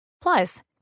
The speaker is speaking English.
Plus